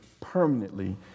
permanently